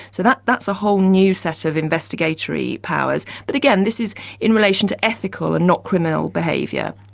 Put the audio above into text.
so that's that's a whole new set of investigatory powers. but again, this is in relation to ethical and not criminal behaviour.